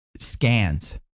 Scans